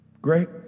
great